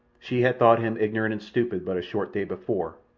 she had thought him ignorant and stupid but a short day before,